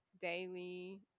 daily